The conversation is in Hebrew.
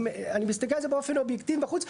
אם אני מסתכל על זה באופן אובייקטיבי מבחוץ,